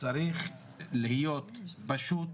צריך להיות פשוט